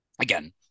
Again